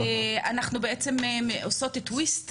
ואנחנו בעצם עושות 'טוויסט'